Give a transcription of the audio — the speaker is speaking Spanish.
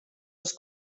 los